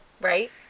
Right